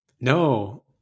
No